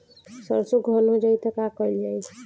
सरसो धन हो जाई त का कयील जाई?